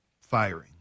firing